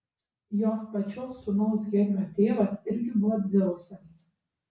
jos pačios sūnaus hermio tėvas irgi buvo dzeusas